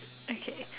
okay